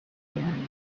again